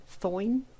Thoin